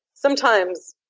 sometimes,